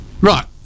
Right